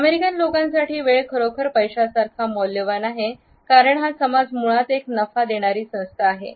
American लोकांसाठी वेळ खरोखर पैशा सारखा मौल्यवान आहे कारण हा समाज मुळात एक नफा देणारी संस्था आहे